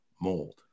Mold